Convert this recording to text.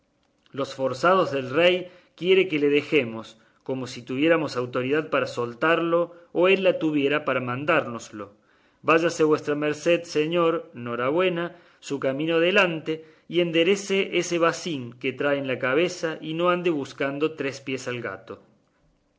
los forzados del rey quiere que le dejemos como si tuviéramos autoridad para soltarlos o él la tuviera para mandárnoslo váyase vuestra merced señor norabuena su camino adelante y enderécese ese bacín que trae en la cabeza y no ande buscando tres pies al gato